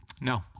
No